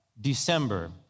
December